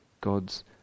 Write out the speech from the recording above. God's